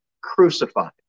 crucified